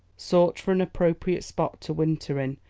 sought for an appropriate spot to winter in,